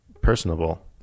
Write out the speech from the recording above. personable